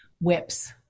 whips